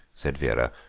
said vera,